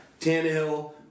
Tannehill